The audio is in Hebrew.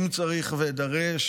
אם צריך ואידרש,